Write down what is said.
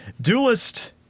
Duelist